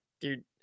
Dude